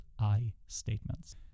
I-statements